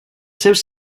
seus